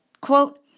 quote